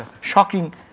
shocking